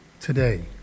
Today